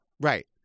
Right